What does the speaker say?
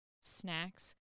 snacks